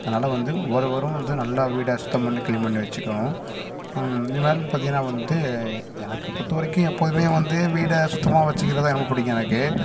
அதனால் வந்து ஒவ்வொருவரும் வந்து நல்லா வீடை சுத்தம் பண்ணி கிளீன் பண்ணி வச்சிக்கணும் இது மேலும் பார்த்தீங்கன்னா வந்து எனக்கு பொறுத்த வரைக்கும் எப்போதுமே வந்து வீடை சுத்தமாக வச்சிக்கறது தான் எனக்கும் பிடிக்கும் எனக்கு